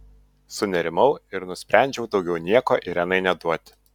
sunerimau ir nusprendžiau daugiau nieko irenai neduoti